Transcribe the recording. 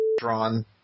drawn